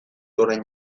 orain